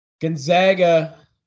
Gonzaga